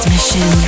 Mission